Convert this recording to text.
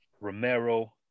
Romero